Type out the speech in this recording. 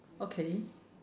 okay